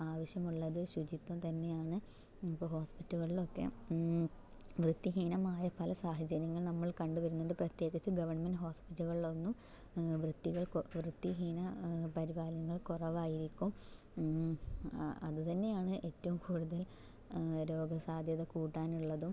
ആവിശ്യമുള്ളത് ശുചിത്വം തന്നെയാണ് ഇപ്പോൾ ഹോസ്പിറ്റലുകളിൽ ഒക്കെ വൃത്തിഹീനമായ പല സാഹചര്യങ്ങളും നമ്മൾ കണ്ട് വരുന്നുണ്ട് പ്രത്യേകിച്ച് ഗവൺമെൻറ് ഹോസ്പിറ്റലുകളിൽ ഒന്നും വൃത്തികൾ വൃത്തിഹീന പരിപാലനം കുറവായിരിക്കും ആ അതുതന്നെയാണ് ഏറ്റവും കൂടുതൽ രോഗ സാധ്യത കൂട്ടാൻ ഉള്ളതും